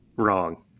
Wrong